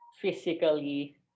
physically